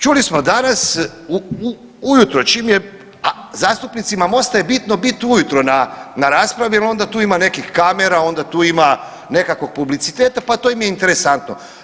Čuli smo danas ujutro čim je, a zastupnicima Mosta je bitno bit ujutro na, na raspravi jel onda tu ima nekih kamera, onda tu ima nekakvog publiciteta, pa to im je interesantno.